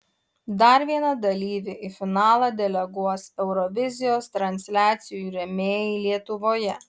dar vieną dalyvį į finalą deleguos eurovizijos transliacijų rėmėjai lietuvoje